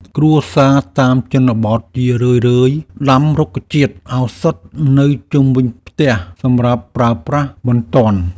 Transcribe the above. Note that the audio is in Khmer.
គ្រួសារតាមជនបទជារឿយៗដាំរុក្ខជាតិឱសថនៅជុំវិញផ្ទះសម្រាប់ប្រើប្រាស់បន្ទាន់។